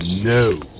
No